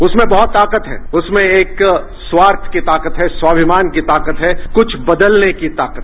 उसमें बहुत ताकत है उसमें एक स्वार्थ की ताकत है स्वामिमान की ताकत है कृष्ठ बदलने की ताकत